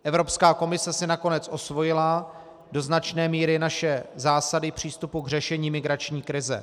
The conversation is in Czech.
Evropská komise si nakonec osvojila do značné míry naše zásady přístupu k řešení migrační krize.